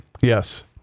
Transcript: Yes